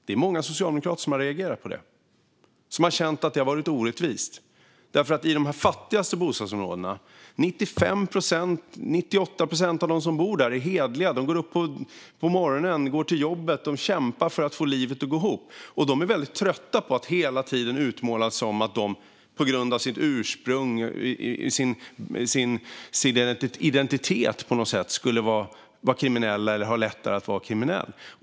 Det är många socialdemokrater som har reagerat på det och som känt att det har varit orättvist. I de fattigaste bostadsområdena är 95-98 procent hederliga. De går upp på morgonen och går till jobbet. De kämpar för att få livet att gå ihop. De är väldigt trötta på att det hela tiden utmålas som att de på grund av sitt ursprung och sin identitet på något sätt skulle vara kriminella eller ha lättare att vara kriminella.